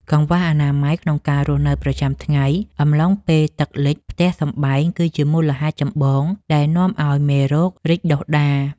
កង្វះអនាម័យក្នុងការរស់នៅប្រចាំថ្ងៃអំឡុងពេលទឹកលិចផ្ទះសម្បែងគឺជាមូលហេតុចម្បងដែលនាំឱ្យមេរោគរីកដុះដាល។